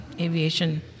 aviation